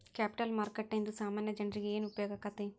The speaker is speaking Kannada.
ಕ್ಯಾಪಿಟಲ್ ಮಾರುಕಟ್ಟೇಂದಾ ಸಾಮಾನ್ಯ ಜನ್ರೇಗೆ ಏನ್ ಉಪ್ಯೊಗಾಕ್ಕೇತಿ?